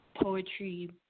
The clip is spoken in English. poetry